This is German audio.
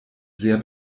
sehr